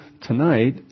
tonight